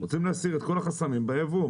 רוצים להסיר את כל החסמים ביבוא,